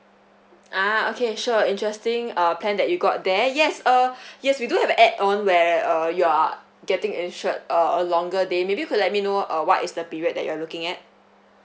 ah okay sure interesting uh plan that you got there yes uh yes we do have a add on where uh you are getting insured uh a longer day maybe you could let me know uh what is the period that you're looking at